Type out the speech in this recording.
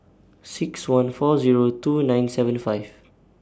six one four Zero two nine seventy five